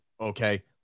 Okay